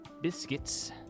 biscuits